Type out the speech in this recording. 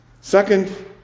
Second